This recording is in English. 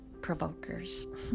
provokers